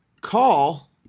call